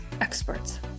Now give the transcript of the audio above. experts